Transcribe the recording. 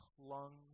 clung